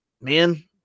Man